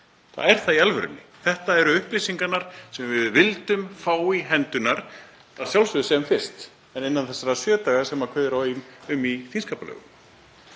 Það er það í alvörunni. Þetta eru upplýsingarnar sem við vildum fá í hendurnar að sjálfsögðu sem fyrst en innan þessara sjö daga sem kveðið er á um í þingskapalögunum.